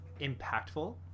impactful